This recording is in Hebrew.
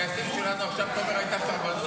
הטייסים שלנו --- אתה אומר שהייתה סרבנות?